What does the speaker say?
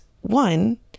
One